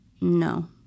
no